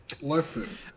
Listen